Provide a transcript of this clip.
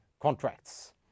contracts